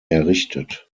errichtet